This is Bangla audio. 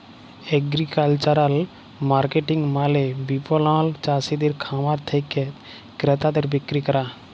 এগ্রিকালচারাল মার্কেটিং মালে বিপণল চাসিদের খামার থেক্যে ক্রেতাদের বিক্রি ক্যরা